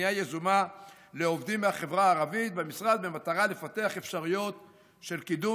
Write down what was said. פנייה יזומה לעובדים מהחברה הערבית במשרד במטרה לפתח אפשרויות של קידום